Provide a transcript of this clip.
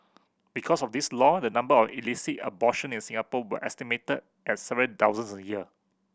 because of this law the number of illicit abortion in Singapore were estimated at several thousands a year